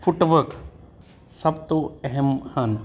ਫੁਟਬਕ ਸਭ ਤੋਂ ਅਹਿਮ ਹਨ